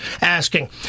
asking